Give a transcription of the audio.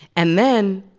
and then,